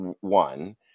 one